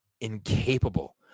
incapable